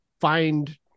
find